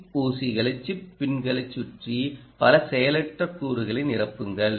chip ஊசிகளை chip பின்களைச் சுற்றி பல செயலற்ற கூறுகளை நிரப்புங்கள்